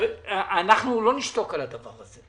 אנחנו לא נשתוק על הדבר הזה.